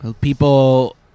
People